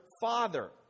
father